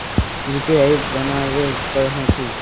UPI बनावेल पर है की?